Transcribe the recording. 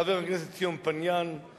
חבר הכנסת ציון פיניאן,